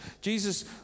Jesus